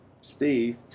Steve